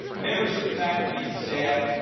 members of the faculty and staff,